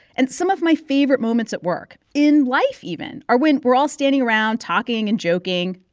and some of my favorite moments at work in life, even are when we're all standing around, talking and joking.